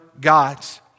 gods